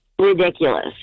ridiculous